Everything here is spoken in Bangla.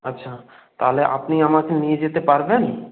আচ্ছা তাহলে আপনি আমাকে নিয়ে যেতে পারবেন